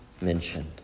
mentioned